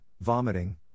vomiting